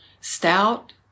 stout